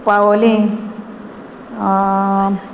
Palolem